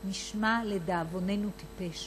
הוא נשמע, לדאבוננו, טיפש.